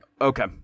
Okay